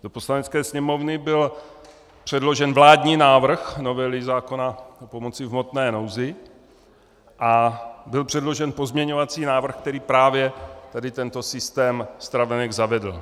Do Poslanecké sněmovny byl předložen vládní návrh novely zákona o pomoci v hmotné nouzi a byl předložen pozměňovací návrh, který právě tady tento systém stravenek zavedl.